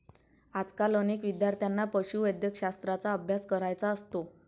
आजकाल अनेक विद्यार्थ्यांना पशुवैद्यकशास्त्राचा अभ्यास करायचा असतो